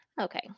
Okay